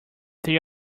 there